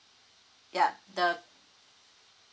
ya the